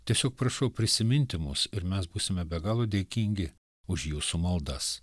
tiesiog prašau prisiminti mus ir mes būsime be galo dėkingi už jūsų maldas